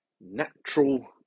natural